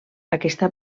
aquesta